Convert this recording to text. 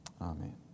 Amen